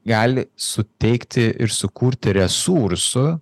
gali suteikti ir sukurti resursų